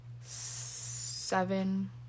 seven